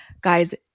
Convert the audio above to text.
guys